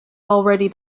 already